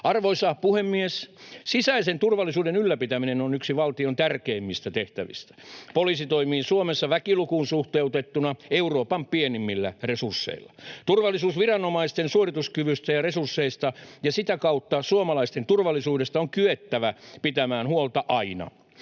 Arvoisa puhemies! Sisäisen turvallisuuden ylläpitäminen on yksi valtion tärkeimmistä tehtävistä. Poliisi toimii Suomessa väkilukuun suhteutettuna Euroopan pienimmillä resursseilla. Turvallisuusviranomaisten suorituskyvystä ja resursseista ja sitä kautta suomalaisten turvallisuudesta on kyettävä pitämään huolta aina,